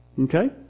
Okay